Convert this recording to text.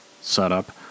setup